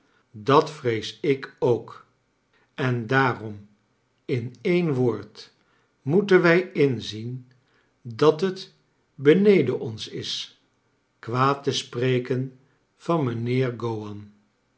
dat vrees ik ook en daarom in een woord moeten wij inzien dat het beneden ons is kwaad te spreken van